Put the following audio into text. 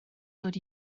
dod